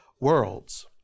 worlds